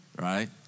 right